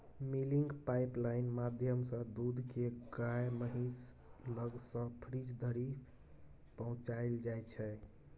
milking pipeline माध्यमसँ दुध केँ गाए महीस लग सँ फ्रीज धरि पहुँचाएल जाइ छै